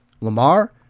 Lamar